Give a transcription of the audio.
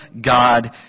God